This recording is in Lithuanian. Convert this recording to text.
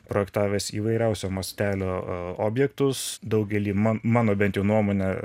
projektavęs įvairiausio mastelio objektus daugelį man mano bent jau nuomone